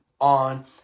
on